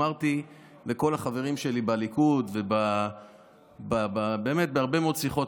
אמרתי לכל החברים שלי בליכוד בהרבה מאוד שיחות